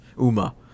Uma